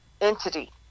entity